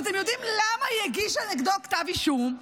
ואתם יודעים למה היא הגישה נגדו כתב אישום?